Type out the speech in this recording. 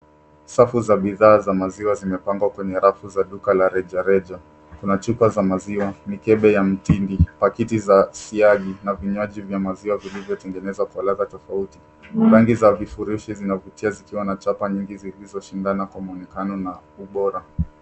Safu za bidhaa za maziwa zimepangwa kwenye rafu za duka la rejareja. Kuna chupa za maziwa, mikebe ya mtindi, pakiti za siagi, na vinywaji vya maziwa vilivyotengenezwa kwa ladha tofauti. Rangi za vifurushi zinavutia zikiwa na chapa nyingi zilizoshindana kwa muonekano na ubora.